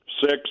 Six